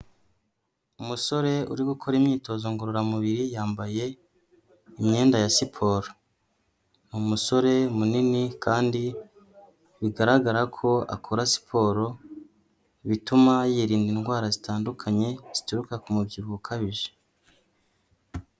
Umusore uri gukora imyitozo ngororamubiri, yambaye imyenda ya siporo. Ni umusore munini kandi bigaragara ko akora siporo, bituma yirinda indwara zitandukanye, zituruka ku mubyibuho ukabije.